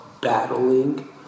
battling